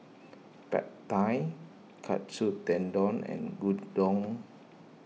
Pad Thai Katsu Tendon and Gyudon